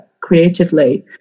creatively